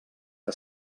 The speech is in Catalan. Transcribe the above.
que